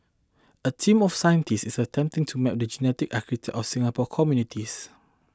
a team of scientists is attempting to map the genetic architecture of Singapore's communities